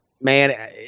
man